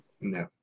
no